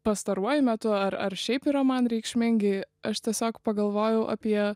pastaruoju metu ar ar šiaip yra man reikšmingi aš tiesiog pagalvojau apie